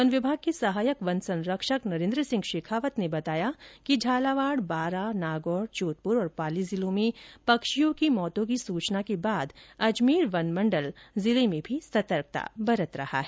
one विभाग के सहायक वन संरक्षक नरेन्द्र सिंह शेखावत ने बताया कि झालावाड़ बारां नागौर जोधपुर और पाली जिलों में पक्षियों की मौतों की सूचना के बाद अजमेर वन मण्डल जिले में भी सतर्कता बरत रहा है